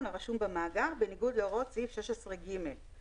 הרשום במאגר בניגוד להוראות סעיף 16ג,";